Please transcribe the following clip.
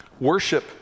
worship